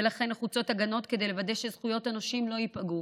ולכן נחוצות הגנות כדי לוודא שזכויות הנושים לא ייפגעו,